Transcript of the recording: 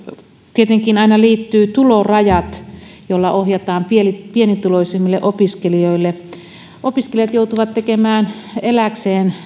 tietenkin aina liittyy tulorajat joilla tuki ohjataan pienituloisimmille opiskelijoille opiskelijat joutuvat tekemään työtä elääkseen